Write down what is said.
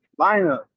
lineup